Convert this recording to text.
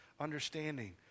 understanding